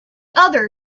other